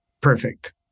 perfect